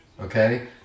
Okay